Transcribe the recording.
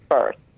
first